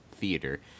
Theater